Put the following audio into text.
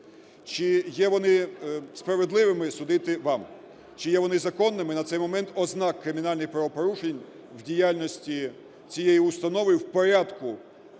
Чи є вони справедливими, судити вам, чи є вони законними – на цей момент ознак кримінальних правопорушень в діяльності цієї установи в порядку